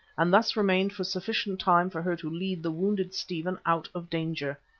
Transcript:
and thus remained for sufficient time for her to lead the wounded stephen out of danger.